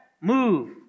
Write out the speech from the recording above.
move